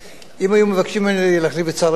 אם היו מבקשים ממני להחליף את שר הביטחון,